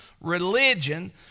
religion